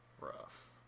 Rough